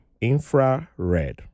Infrared